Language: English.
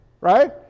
Right